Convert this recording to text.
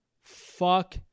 Fuck